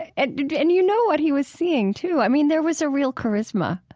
ah and and you know what he was seeing too. i mean, there was a real charisma